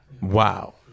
wow